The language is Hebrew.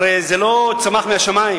הרי זה לא צמח מהשמים,